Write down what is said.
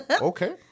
Okay